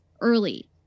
early